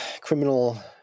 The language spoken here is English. criminal